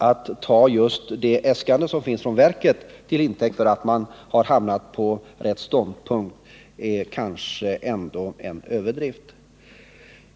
Att ta just äskandet från verket till intäkt för att man har hamnat på rätt ståndpunkt är kanske en överdrift.